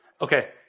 Okay